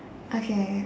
okay